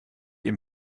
ihm